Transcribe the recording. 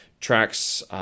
tracks